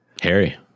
Harry